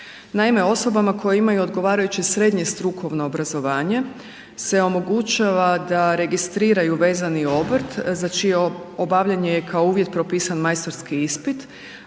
Naime, osobama koje imaju odgovarajuće srednje strukovno obrazovanje se omogućava da registriraju vezani obrt za čije obavljanje je kao uvjet propisan majstorski ispit,